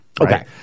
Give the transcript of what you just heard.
Okay